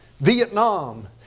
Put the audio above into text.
Vietnam